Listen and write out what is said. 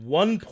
one